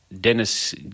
dennis